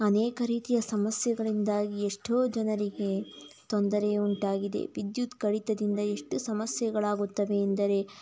ಅನೇಕ ರೀತಿಯ ಸಮಸ್ಯೆಗಳಿಂದಾಗಿ ಎಷ್ಟೋ ಜನರಿಗೆ ತೊಂದರೆ ಉಂಟಾಗಿದೆ ವಿದ್ಯುತ್ ಕಡಿತದಿಂದ ಎಷ್ಟು ಸಮಸ್ಯೆಗಳಾಗುತ್ತವೆ ಎಂದರೆ